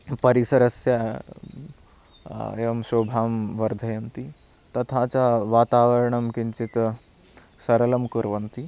परिसरस्य एवं शोभां वर्धयन्ति तथा च वातावरणं किञ्चित् सरलं कुर्वन्ति